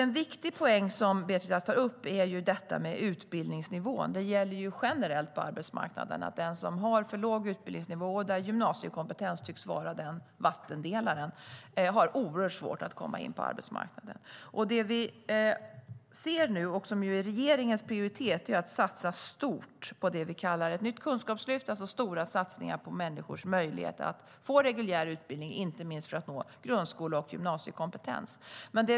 En viktig poäng som Beatrice Ask tar upp är utbildningsnivån. Generellt på arbetsmarknaden gäller att den som har för låg utbildningsnivå, där gymnasiekompetens tycks vara vattendelaren, har oerhört svårt att komma in på arbetsmarknaden. Det vi nu ser som regeringens prioritet är att satsa stort på det vi kallar ett nytt kunskapslyft, det vill säga stora satsningar på människors möjlighet att få reguljär utbildning, inte minst för att nå grundskole och gymnasiekompetens.